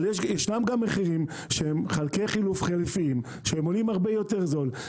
אבל ישנם גם מחירים שהם חלקי חילוף חליפיים שהם עולים הרבה יותר זול,